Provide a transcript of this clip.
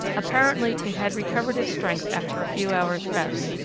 apparently it had recovered its strength after a few hours' rest,